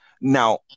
Now